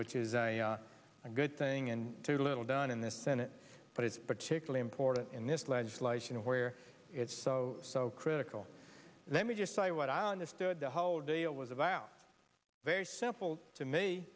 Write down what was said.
which is a good thing and too little done in the senate but it's particularly important in this legislation where it's so so critical let me just say what i understood the whole deal was about very simple to me